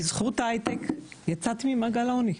בזכות ההיי-טק יצאתי ממעגל העוני,